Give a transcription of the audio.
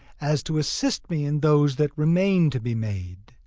as to assist me in those that remain to be made.